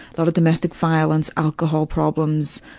lot of domestic violence, alcohol problems,